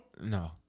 No